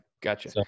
gotcha